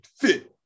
fit